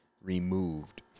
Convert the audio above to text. removed